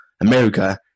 America